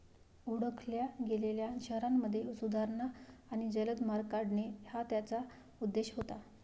ओळखल्या गेलेल्या शहरांमध्ये सुधारणा आणि जलद मार्ग काढणे हा त्याचा उद्देश होता